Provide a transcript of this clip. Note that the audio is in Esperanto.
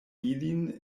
ilin